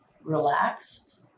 relaxed